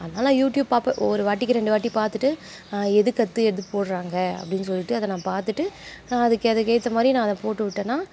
அதனால் யூடியூப் பார்ப்பேன் ஒரு வாட்டிக்கு ரெண்டு வாட்டி பார்த்துட்டு எதுக்கு அடுத்து எது போடுறாங்க அப்படின்னு சொல்லிட்டு அதை நான் பார்த்துட்டு அதுக்கு அதுக்கு ஏற்ற மாதிரி நான் அதை போட்டுவிட்டேன்னா